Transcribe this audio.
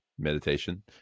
meditation